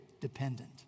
dependent